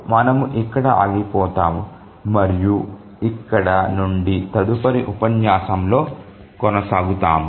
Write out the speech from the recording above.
మనము ఇక్కడ ఆగిపోతాము మరియు ఇక్కడ నుండి తదుపరి ఉపన్యాసంలో కొనసాగుతాము